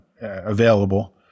available